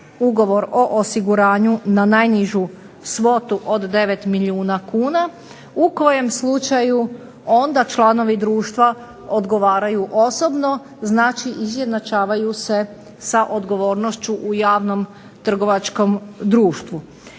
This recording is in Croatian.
ugovor o osiguranju na najnižu svotu od 9 milijuna kuna u kojem slučaju onda članovi društva odgovaraju osobno, znači izjednačavaju se sa odgovornošću u javnom trgovačkom društvu.